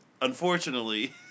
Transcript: unfortunately